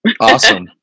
awesome